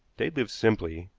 they lived simply,